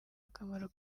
akamaro